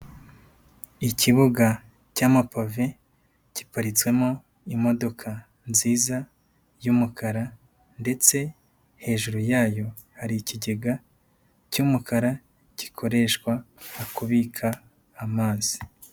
Ikibuga cy'amapave, giparitsemo imodoka nziza y'umukara ndetse hejuru yayo hari ikigega cy'umukara gikoreshwa mu kubika amazi.